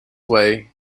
way